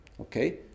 Okay